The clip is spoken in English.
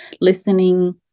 listening